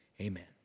Amen